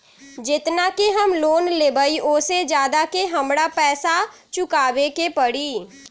जेतना के हम लोन लेबई ओ से ज्यादा के हमरा पैसा चुकाबे के परी?